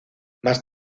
más